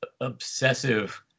obsessive